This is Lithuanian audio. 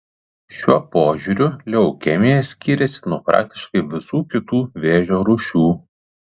šiuo požiūriu leukemija skyrėsi nuo praktiškai visų kitų vėžio rūšių